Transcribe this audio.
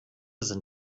sind